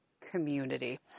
community